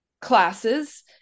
classes